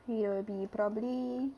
it will be probably